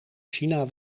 china